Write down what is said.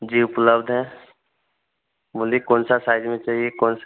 जी उपलब्ध है बोलिए कौनसा साइज में चहिए कौनस